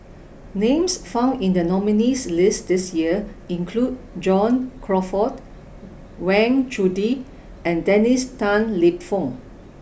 names found in the nominees' list this year include John Crawfurd Wang Chunde and Dennis Tan Lip Fong